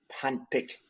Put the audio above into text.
handpicked